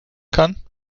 kann